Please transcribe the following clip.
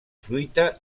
fruita